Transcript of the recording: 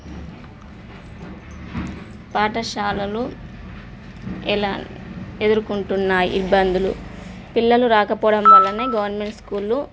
పాఠశాలలు ఎలా ఎదుర్కొంటున్నాయి ఇబ్బందులు పిల్లలు రాకపోవడం వల్లనే గవర్నమెంట్ స్కూల్లు